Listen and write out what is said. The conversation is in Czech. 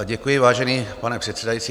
Děkuji, vážený pane předsedající.